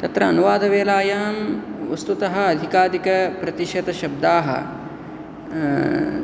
तत्र अनुवादवेलायां वस्तुतः अधिकाधिकप्रतिशतशब्दाः